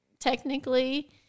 Technically